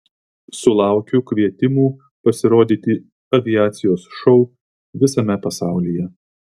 sulaukiu kvietimų pasirodyti aviacijos šou visame pasaulyje